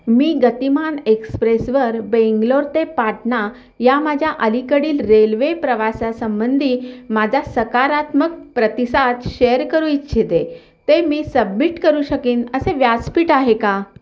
मी गतिमान एक्सप्रेसवर बेंगलोर ते पाटणा या माझ्या अलीकडील रेल्वे प्रवासासंंबंधी माझा सकारात्मक प्रतिसाद शेअर करू इच्छिते ते मी सबमिट करू शकीन असे व्यासपीठ आहे का